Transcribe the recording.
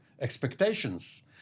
expectations